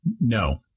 No